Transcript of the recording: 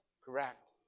correct